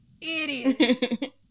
Idiot